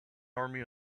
army